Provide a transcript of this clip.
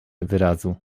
wyrazu